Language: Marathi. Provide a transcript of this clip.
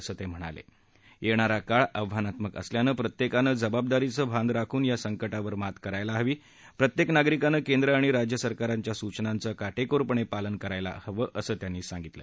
असं तक्रिणाल अप्रधारा काळ आव्हानात्मक असल्यानं प्रत्यक्तिनं जबाबदारीत भान राखून या संकटावर मात करायला हवी प्रत्यक्तिनागरिकानं केंद्र आणि राज्यसरकारच्या सूचनांचं काटक्तिर पालन करायला हवं असं त्यांनी सांगितलं